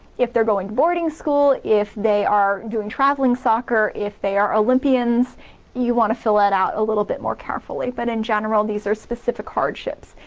if they're going to boarding school if they are doing traveling soccer, if they are olympians you want to fill out out a little bit more carefully, but in general these are specific hardships.